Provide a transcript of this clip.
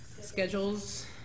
schedules